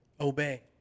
obey